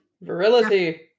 Virility